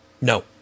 No